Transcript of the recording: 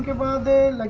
above the